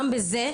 גם בזה,